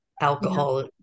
Alcohol